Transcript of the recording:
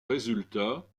résultats